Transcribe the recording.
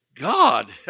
God